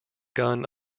gun